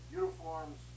uniforms